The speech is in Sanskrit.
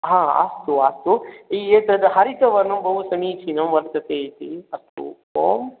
अस्तु अस्तु एतत् हरितवर्णं बहुसमीचीनं वर्तते इति अस्तु ओम्